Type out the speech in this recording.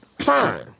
Fine